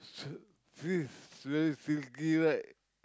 s~ feels very silky right